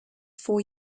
for